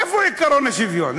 איפה עקרון השוויון?